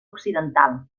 occidental